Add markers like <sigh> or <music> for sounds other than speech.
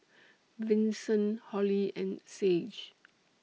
<noise> Vinson Holli and Sage <noise>